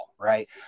right